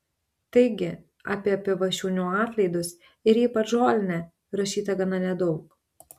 taigi apie pivašiūnų atlaidus ir ypač žolinę rašyta gana nedaug